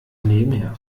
nebenher